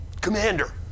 Commander